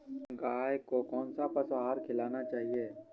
गाय को कौन सा पशु आहार खिलाना चाहिए?